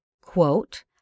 quote